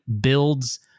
builds